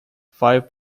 five